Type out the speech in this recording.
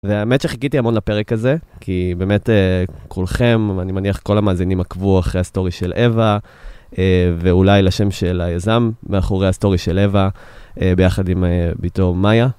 והאמת שחיכיתי המון לפרק הזה, כי באמת כולכם, אני מניח כל המאזינים עקבו אחרי הסטורי של הווה, ואולי לשם של היזם, מאחורי הסטורי של הווה, ביחד עם ביתו מאיה.